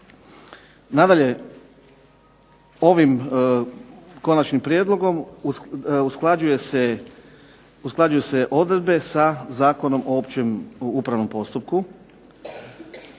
Nadalje, ovim Konačnim prijedlogom usklađuju se odredbe sa Zakonom o općem upravnom postupku,